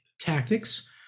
tactics